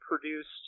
produced